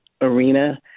arena